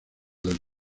del